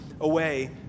away